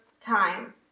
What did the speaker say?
time